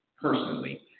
personally